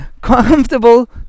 comfortable